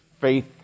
faith